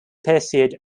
pursued